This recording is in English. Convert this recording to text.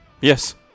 Yes